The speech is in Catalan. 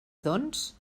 doncs